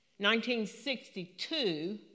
1962